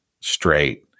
straight